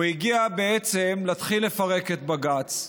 הוא הגיע בעצם להתחיל לפרק את בג"ץ.